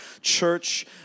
church